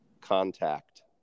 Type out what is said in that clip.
Contact